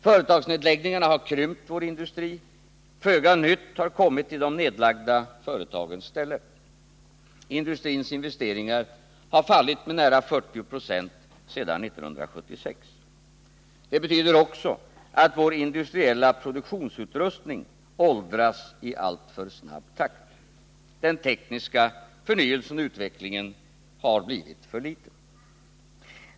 Företagsnedläggningarna har krympt vår industri. Föga nytt har kommit i de nedlagda företagens ställe. Industrins investeringar har fallit med nära 40 40 sedan 1976. Det betyder också att vår industriella produktionsutrustning åldras i alltför snabb takt. Den tekniska förnyelsen och utvecklingen har blivit för liten.